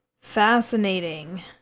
Fascinating